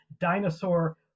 dinosaur